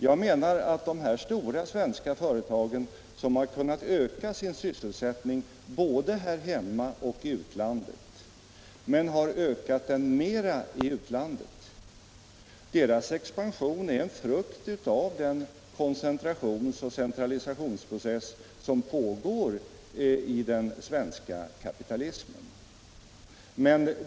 Jag menar att expansionen inom de stora svenska företag som har kunnat öka sin sysselsättning både här hemma och i utlandet, men som har ökat den mera i utlandet, är en frukt av den koncentrationsoch centralisationsprocess som pågår i den svenska kapitalismen.